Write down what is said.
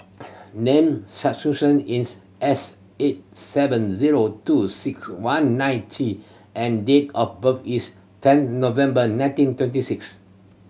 name is S eight seven zero two six one nine T and date of birth is ten November nineteen twenty six